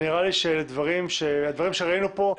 ונראה לי שהדברים שראינו פה,